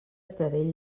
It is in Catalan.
pradell